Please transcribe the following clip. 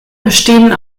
bestehen